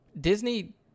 Disney